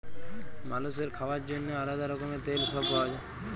মালুসের খাওয়ার জন্যেহে আলাদা রকমের তেল সব পাওয়া যায়